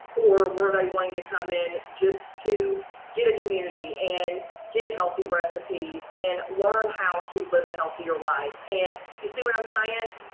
or were they wanting to come in just to get a community and get healthy recipes and learn how to live a healthier life. and you see what i'm saying?